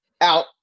out –